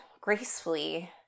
gracefully